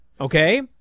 Okay